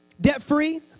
debt-free